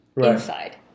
inside